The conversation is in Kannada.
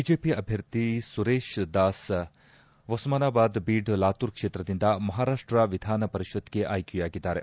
ಬಿಜೆಪಿ ಅಭ್ಲರ್ಥಿ ಸುರೇಶ್ ಧಾಸ್ ಒಸ್ನಾನಬಾದ್ ಬೀಡ್ ಲಾತೂರ್ ಕ್ಷೇತ್ರದಿಂದ ಮಹಾರಾಷ್ನ ವಿಧಾನ ಪರಿಷತ್ ಗೆ ಆಯ್ಲೆಯಾಗಿದ್ದಾರೆ